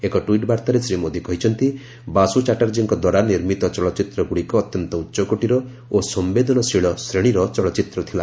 ଏକ ଟ୍ୱିଟ୍ ବାର୍ତ୍ତାରେ ଶ୍ରୀ ମୋଦୀ କହିଛନ୍ତି ବାସୁ ଚାଟାର୍ଜୀଙ୍କ ଦ୍ୱାରା ନିର୍ମିତ ଚଳଚ୍ଚିତ୍ରଗୁଡ଼ିକ ଅତ୍ୟନ୍ତ ଉଚ୍ଚକୋଟିର ଓ ସମ୍ପେଦନଶୀଳ ଶ୍ରେଣୀର ଚଳଚ୍ଚିତ୍ର ଥିଲା